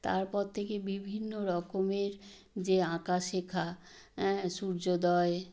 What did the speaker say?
তারপর থেকে বিভিন্ন রকমের যে আঁকা শেখা সূর্যোদয়